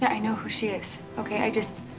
yeah i know who she is, okay? i just.